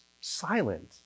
silent